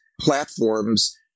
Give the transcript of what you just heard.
platforms